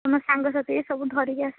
ତୁମ ସାଙ୍ଗସାଥୀକି ସବୁ ଧରିକି ଆସ